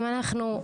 אם אנחנו,